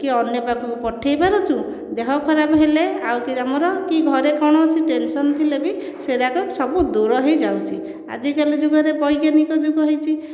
କି ଅନ୍ୟ ପାଖକୁ ପଠେଇ ପାରୁଛୁ ଦେହ ଖରାପ ହେଲେ ଆଉ ଆମର କି ଘରେ କୌଣସି ଟେନସନ ଥିଲେ ବି ସେଗୁଡ଼ାକ ସବୁ ଦୂର ହୋଇଯାଉଛି ଆଜିକାଲି ଯୁଗରେ ବୈଜ୍ଞାନିକ ଯୁଗ ହୋଇଛି